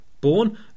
Born